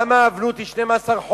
למה האבלות היא 12 חודש?